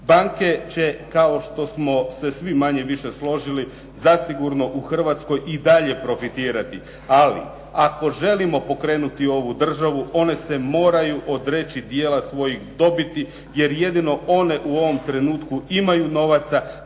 Banke će kao što se svi više-manje složili, zasigurno u Hrvatskoj i dalje profitirati, ali ako želimo pokrenuti ovu državu, one se moraju odreći dijela svojih dobiti, jer jedine one u ovom trenutku imaju novaca